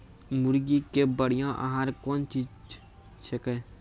मुर्गी के बढ़िया आहार कौन चीज छै के?